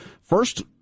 first